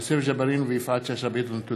יוסף ג׳בארין ויפעת שאשא ביטון בנושא: העיכוב